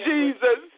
Jesus